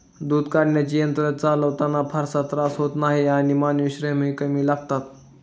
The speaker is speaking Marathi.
दूध काढण्याचे यंत्र चालवताना फारसा त्रास होत नाही आणि मानवी श्रमही कमी लागतात